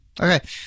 okay